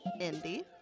Indy